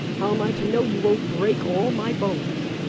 how am i to know you won't break all my bones?